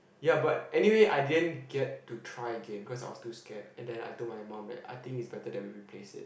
ya but anyway I didn't get to try again cause I was too scared and then I told my mom that I think is better that we replaced it